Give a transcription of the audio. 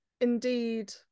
Indeed